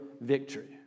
victory